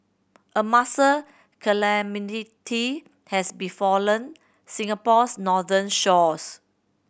a mussel calamity has befallen Singapore's northern shores